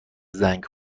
زنگ